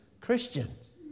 Christians